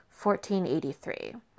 1483